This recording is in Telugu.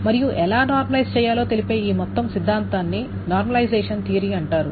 మరియు ఎలా నార్మలైజ్ చెయ్యాలో తెలిపే ఈ మొత్తం సిద్ధాంతాన్ని నార్మలైజెషన్ థియరీ అంటారు